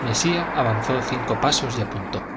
mesía avanzó cinco pasos y apuntó